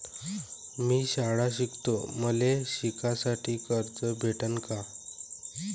मी शाळा शिकतो, मले शिकासाठी कर्ज भेटन का?